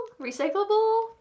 recyclable